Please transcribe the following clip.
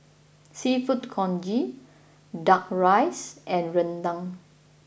Seafood Congee Duck Rice and Rendang